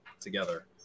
together